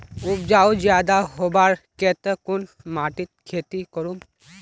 उपजाऊ ज्यादा होबार केते कुन माटित खेती करूम?